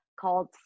called